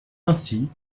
ainsi